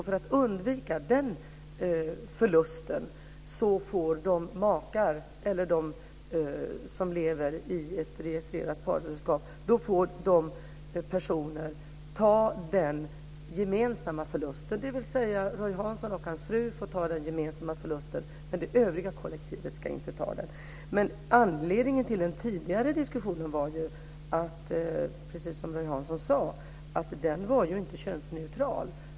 För att undvika den förlusten får makarna eller de som lever i ett registrerat partnerskap ta den gemensamma förlusten. Roy Hansson och hans fru får ta den gemensamma förlusten, men det övriga kollektivet ska inte ta den. Anledningen till den tidigare diskussionen var ju, precis som Roy Hansson sade, att systemet inte var könsneutralt.